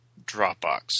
Dropbox